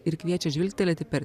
ir kviečia žvilgtelėti per